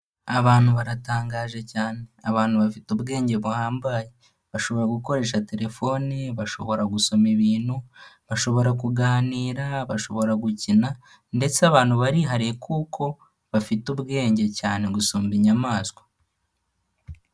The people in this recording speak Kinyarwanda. Abantu baratangaje cyane. Abantu bafite ubwenge buhambaye bashobora gukoresha telefoni, bashobora gusoma ibintu, bashobora kuganira, bashobora gukina ndetse abantu barihariye kuko bafite ubwenge cyane gusumba inyamaswa.